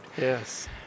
Yes